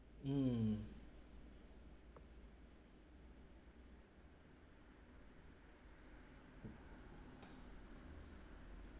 mm